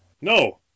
no